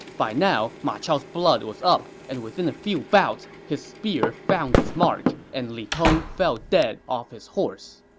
by now, ma chao's blood was up, and within a few bouts, his spear found its mark, and li tong fell dead off his horse.